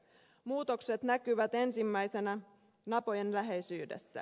muutokset näkyvät ensimmäisinä napojen läheisyydessä